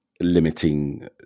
limiting